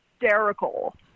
hysterical